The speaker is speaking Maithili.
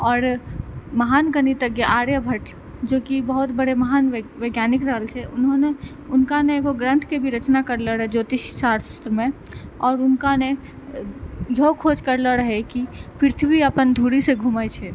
आओर महान गणितज्ञ आर्यभट्ट जो कि बहुत बड़े महान वैज्ञानिक रहल छै उन्होंने उनका ने एगो ग्रंथ के भी रचना करलो रहै ज्योतिषशास्त्र मे और उनका ने इहो खोज करले रहै कि पृथ्वी अपन धुरी से घुमै छै